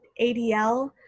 ADL